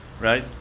right